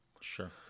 sure